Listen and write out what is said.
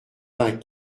vingt